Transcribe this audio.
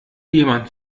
jemand